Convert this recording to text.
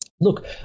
Look